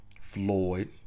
floyd